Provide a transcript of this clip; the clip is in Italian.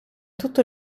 tutto